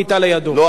לא על זה דיברתי.